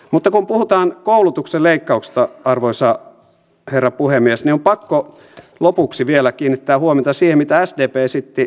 mutta kun puhutaan koulutuksen leikkauksista arvoisa herra puhemies niin on pakko vielä lopuksi kiinnittää huomiota siihen mitä sdp esitti ennen vaaleja